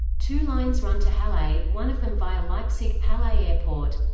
two lines run to halle, one of them via leipzig halle airport.